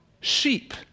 sheep